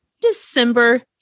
December